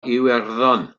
iwerddon